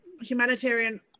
humanitarian